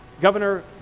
Governor